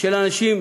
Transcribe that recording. של אנשים